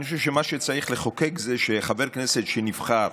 אני חושב שמה שצריך לחוקק הוא שחבר כנסת שנבחר